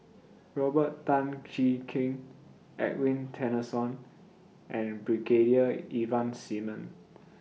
Robert Tan Jee Keng Edwin Tessensohn and Brigadier Ivan Simon